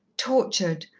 tortured,